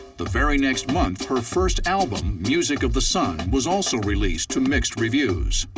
the very next month her first album, music of the sun, was also released, to mixed reviews.